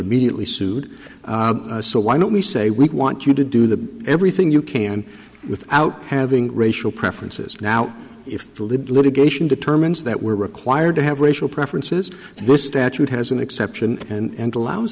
immediately sued so why don't we say we want you to do the everything you can without having racial preferences now if you lived litigation determines that we're required to have racial preferences this statute has an exception and allows